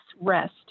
rest